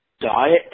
diet